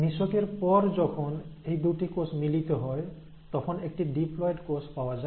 নিষেকের পর যখন এই দুটি কোষ মিলিত হয় তখন একটি ডিপ্লয়েড কোষ পাওয়া যায়